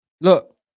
look